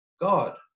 God